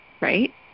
right